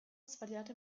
svariate